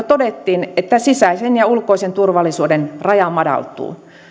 todettiin että sisäisen ja ulkoisen turvallisuuden raja madaltuu